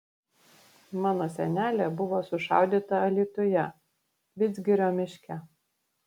mano senelė buvo sušaudyta alytuje vidzgirio miške